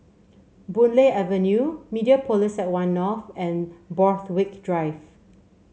Boon Lay Avenue Mediapolis at One North and Borthwick Drive